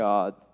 God